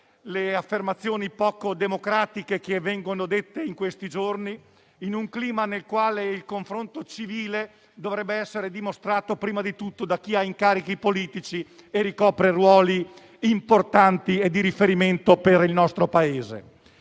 le affermazioni poco democratiche che vengono pronunciate in questi giorni, in un clima nel quale il confronto civile dovrebbe essere dimostrato prima di tutto da chi ha incarichi politici e ricopre ruoli importanti e di riferimento per il nostro Paese.